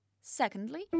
Secondly